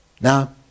now